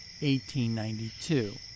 1892